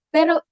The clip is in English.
Pero